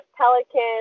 pelican